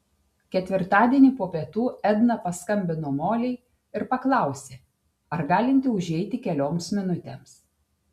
ketvirtadienį po pietų edna paskambino molei ir paklausė ar galinti užeiti kelioms minutėms